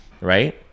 right